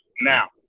Now